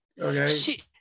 okay